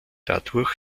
dadurch